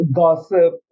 gossip